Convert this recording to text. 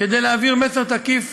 כדי להעביר מסר תקיף